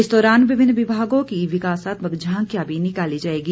इस दौरान विभिन्न विभागों की विकासात्मक झांकियां भी निकाली जायेंगी